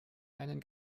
einen